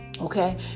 Okay